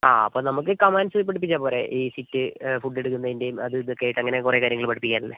ആ അപ്പോൾ നമുക്ക് കമാൻഡ്സ് പഠിപ്പിച്ചാൽ പോരേ ഈ സിറ്റ് ഫുഡ് എടുക്കുന്നതിന്റെയും അതും ഇതൊക്കെയായിട്ട് അങ്ങനെ കുറേ കാര്യങ്ങൾ പഠിപ്പിക്കാനില്ലേ